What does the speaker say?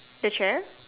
the chair